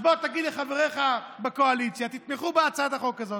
אז בוא תגיד לחבריך בקואליציה: תתמכו בהצעת החוק הזו